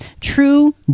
true